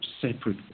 separate